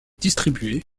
distribués